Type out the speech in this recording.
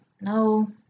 No